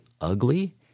ugly